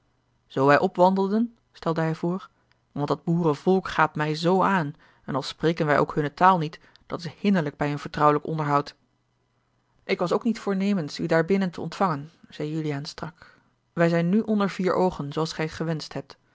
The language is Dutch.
zoo wij opwandelden stelde hij voor want dat boerenvolk gaapt mij zoo aan en al spreken wij ook hunne taal niet dat is hinderlijk bij een vertrouwelijk onderhoud ik was ook niet voornemens u daarbinnen te ontvangen zeî juliaan strak wij zijn nu onder vier oogen zooals gij gewenscht hebt